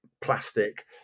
plastic